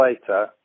later